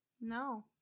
No